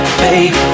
babe